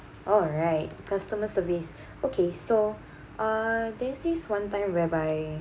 alright customer service okay so uh there is one time whereby